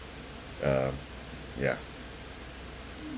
uh ya